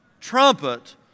trumpet